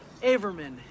Averman